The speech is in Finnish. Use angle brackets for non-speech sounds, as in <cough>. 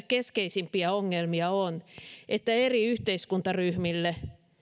<unintelligible> keskeisimpiä ongelmia on se että eri yhteiskuntaryhmille